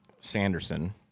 Sanderson